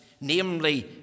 namely